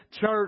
church